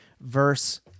verse